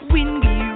Windy